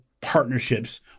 partnerships